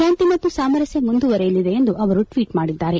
ಶಾಂತಿ ಮತ್ತು ಸಾಮರಸ್ತೆ ಮುಂದುವರಿಯಲಿ ಎಂದು ಅವರು ಟ್ವೀಟ್ ಮಾಡಿದ್ದಾರೆ